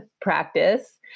practice